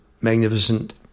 magnificent